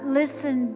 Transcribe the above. listen